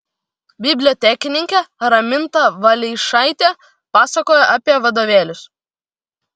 bibliotekininkė raminta valeišaitė pasakojo apie vadovėlius